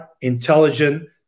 intelligent